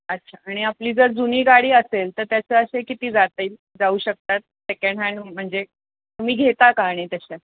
अच्छा आणि आपली जर जुनी गाडी असेल तर त्याचं असे किती जाता येईल जाऊ शकतात सेकंड हॅन्ड म्हणजे तुम्ही घेता का आणि तशा